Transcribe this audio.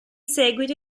seguito